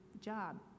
job